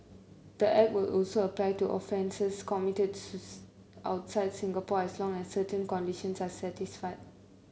the Act will also apply to offences committed outside Singapore as long as certain conditions are satisfied